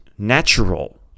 natural